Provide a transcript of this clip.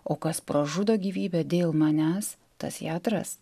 o kas pražudo gyvybę dėl manęs tas ją atras